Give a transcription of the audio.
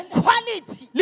quality